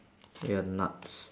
ya nuts